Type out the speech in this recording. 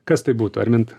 kas tai būtų arminta